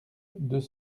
deux